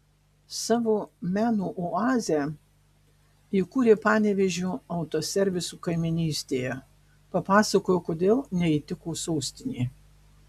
savo meno oazę įkūrė panevėžio autoservisų kaimynystėje papasakojo kodėl neįtiko sostinė